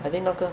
I think 那个